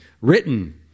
Written